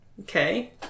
Okay